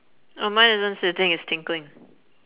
oh mine isn't sitting it's tinkling